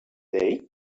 day